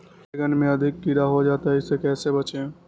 बैंगन में अधिक कीड़ा हो जाता हैं इससे कैसे बचे?